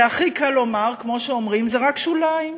הרי הכי קל לומר, כמו שאומרים: זה רק שוליים,